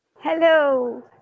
Hello